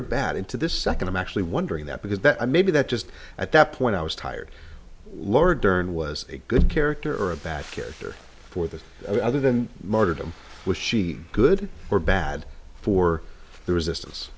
or bad into this second i'm actually wondering that because that maybe that just at that point i was tired laura dern was a good character or a bad character for the other than murdered him was she good or bad for the resistance